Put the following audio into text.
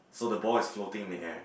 so the ball is floating in the air